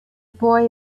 boy